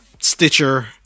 stitcher